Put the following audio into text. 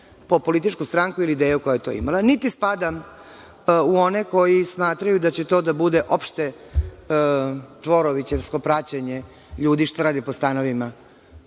po političku stranku ili ideju ako je to imalo. Niti spadam u one koji smatraju da će to da bude opšte praćenje ljudi što rade po stanovima,